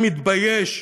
היה מתבייש,